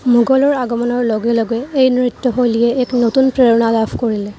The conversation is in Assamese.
মোগলৰ আগমনৰ লগে লগে এই নৃত্যশৈলীয়ে এক নতুন প্ৰেৰণা লাভ কৰিলে